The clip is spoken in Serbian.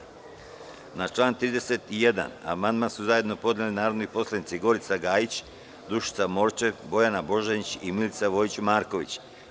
Da li neko želi reč? (Ne) Na član 31. amandman su zajedno podneli narodni poslanici Gorica Gajić, Dušica Morčev, Bojana Božanić i Milica Vojić Marković.